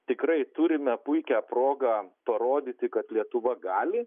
tikrai turime puikią progą parodyti kad lietuva gali